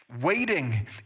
Waiting